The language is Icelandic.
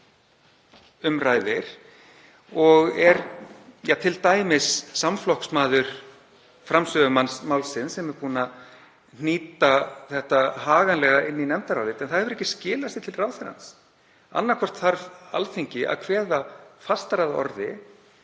um ræðir og er t.d. samflokksmaður framsögumanns málsins, sem er búinn að hnýta þetta haganlega í nefndarálit, en það hefur ekki skilað sér til ráðherrans. Annaðhvort þarf Alþingi að kveða fastar að orði